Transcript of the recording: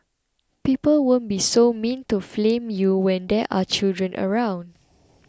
people won't be so mean to flame you when there are children around